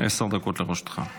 עשר דקות לרשותך.